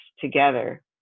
together